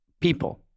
people